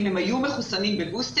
אם הם היו מחוסנים בבוסטר,